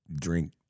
drink